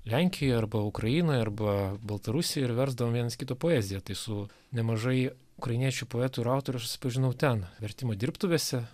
lenkijoj arba ukrainoj arba baltarusijoj ir versdavom vienas kito poeziją tai su nemažai ukrainiečių poetų ir autorių aš susipažinau ten vertimo dirbtuvėse